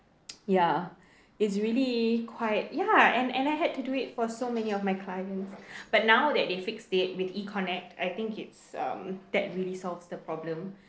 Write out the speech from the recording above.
ya it's really quite ya and and I had to do it for so many of my client but now that they fixed it with E-connect I think it's um that really solves the problem